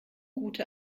gute